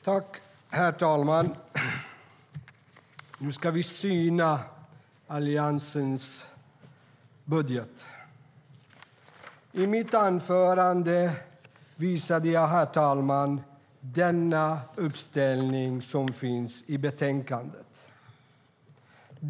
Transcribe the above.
Herr talman! Nu ska vi syna Alliansens budget.I mitt anförande tog jag upp den uppställning som finns i betänkandet.